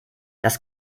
das